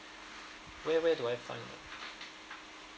where where do I find it